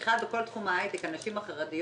שזה בעצם העסקה חולה,